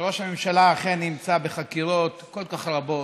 שראש הממשלה אכן נמצא בחקירות כל כך רבות,